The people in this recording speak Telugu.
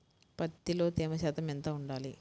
పత్తిలో తేమ శాతం ఎంత ఉండాలి?